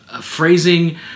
phrasing